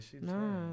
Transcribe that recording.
No